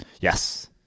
Yes